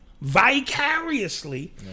Vicariously